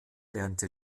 lernte